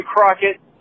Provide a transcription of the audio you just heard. Crockett